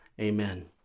Amen